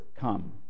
come